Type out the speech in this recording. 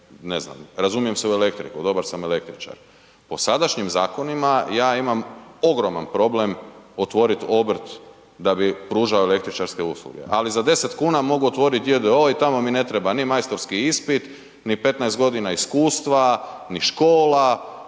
ne znam razumijem se u elektriku, dobar sam električar. Po sadašnjim zakonima ja imam ogroman problem otvorit obrt da bi pružao električarske usluge ali za 10 kn mogu otvorit j.d.o.o. i tamo mi ne treba ni majstorski ispit ni 15 g. iskustva ni škola,